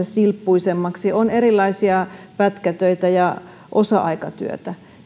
silppuisemmaksi on erilaisia pätkätöitä ja osa aikatyötä